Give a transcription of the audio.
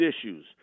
issues